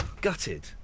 Gutted